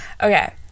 okay